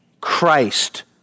Christ